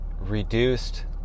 reduced